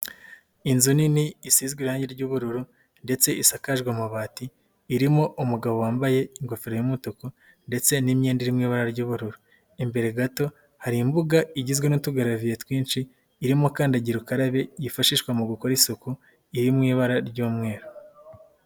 Inzu nini isizwe irangi ry'ubururu ndetse isakajwe amabati. Irimo umugabo wambaye ingofero y'umutuku ndetse n'imyenda iri mu ibara ry'ubururu. Imbere gato hari imbuga igizwe n'utugaraviye twinshi, irimo kandagirukarabe yifashishwa mu gukora isuku, iri mu ibara ry'umweru.